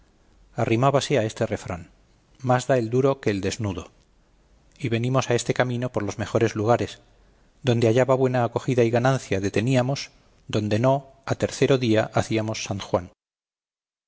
arrimábase a este refrán más da el duro que el desnudo y venimos a este camino por los mejores lugares donde hallaba buena acogida y ganancia deteníamonos donde no a tercero día hacíamos sant juan